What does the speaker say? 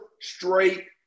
straight